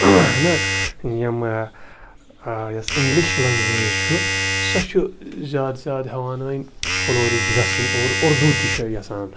نہَ یِم یۄس اِنٛگلِش لینٛگویج چھ سۄ چھ زیادٕ زیادٕ ہیٚوان وۄنۍ فلورِش گَژھِنۍ اور اردوٗ تہِ چھُ یَژھان